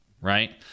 Right